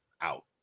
out